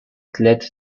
led